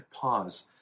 pause